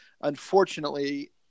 Unfortunately